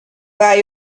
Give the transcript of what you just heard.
buy